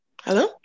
Hello